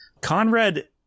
Conrad